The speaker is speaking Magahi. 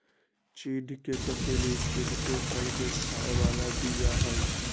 चिढ़ के कसेली चिढ़के फल के खाय बला बीया हई